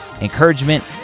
encouragement